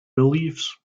beliefs